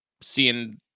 seeing